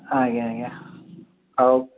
ଆଜ୍ଞା ଆଜ୍ଞା ହଉ